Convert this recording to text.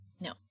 No